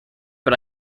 but